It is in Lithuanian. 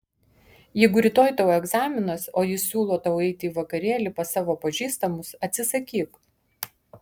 jeigu rytoj tau egzaminas o jis siūlo tau eiti į vakarėlį pas savo pažįstamus atsisakyk